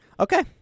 Okay